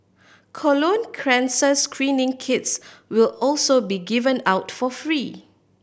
colon cancer screening kits will also be given out for free